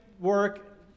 work